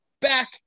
back